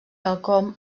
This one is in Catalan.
quelcom